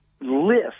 list